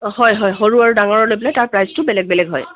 হয় হয় সৰু আৰু ডাঙৰলৈ পেলাই তাৰ দামটো বেলেগ বেলেগ হয়